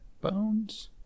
Bones